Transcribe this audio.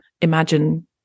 imagine